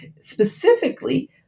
specifically